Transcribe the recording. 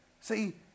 See